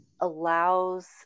allows